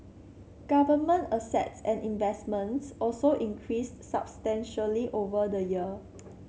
government assets and investments also increased substantially over the year